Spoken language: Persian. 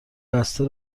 بسته